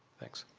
thanks.